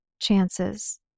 chances